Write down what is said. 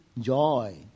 joy